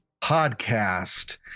podcast